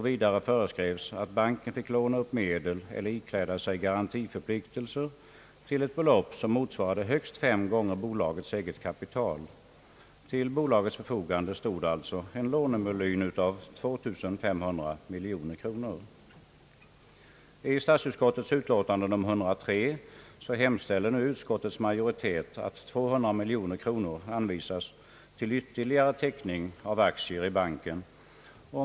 Vidare föreskrevs att banken fick låna upp medel eller ikläda sig garantiförpliktelser till ett belopp som motsvarade högst fem gånger bolagets eget kapital. Till bolagets förfogande stod alltså en lånevolym av 2 500 miljoner kronor. I statsutskottets utlåtande nr 103 hemställer nu utskottets majoritet att ytterligare 200 miljoner kronor anvisas för teckning av aktier i banken.